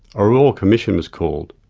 a royal commission was called,